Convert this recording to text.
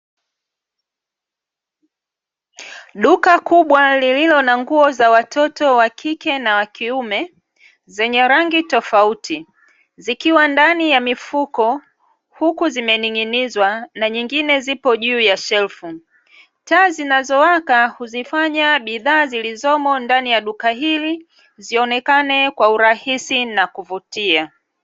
Duka kubwa lililo na nguo za watoto wa kike na wa kiume zenye rangi tofauti zikiwa ndani ya mifuko huku zimening'inizwa na nyingine zipo juu ya shelfu, taa zinazowaka huzifanya bidhaa zilizomo ndani ya duka hili zionekane kwa urahisi na kuvutia .